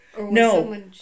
No